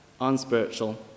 unspiritual